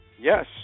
Yes